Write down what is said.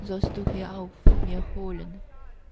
sollst du herauf mir holen